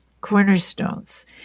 cornerstones